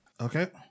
Okay